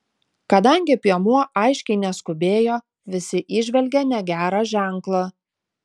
kadangi piemuo aiškiai neskubėjo visi įžvelgė negerą ženklą